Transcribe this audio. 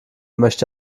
möchte